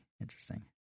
interesting